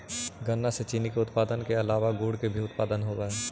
गन्ना से चीनी के उत्पादन के अलावा गुड़ का उत्पादन भी होवअ हई